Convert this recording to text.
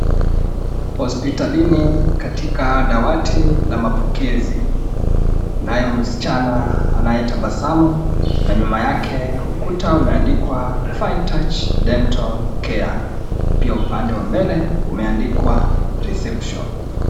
Hospitalini katika dawati la mapokezi, kunaye msichana anaye tabasamu na nyuma yake ukuta umeandikwa fine touch dental care . Pia upande wa mbele umeandikwa reception [cs.